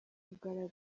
kugaragara